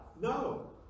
No